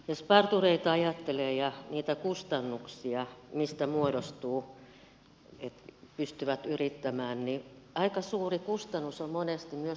jos partureita ajattelee ja niitä kustannuksia mitä muodostuu siitä että he pystyvät yrittämään niin aika suuri kustannus on monesti myös ne toimitilat